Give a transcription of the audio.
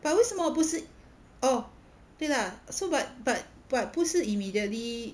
but 为什么不是哦对啦 so but but but 不是 immediately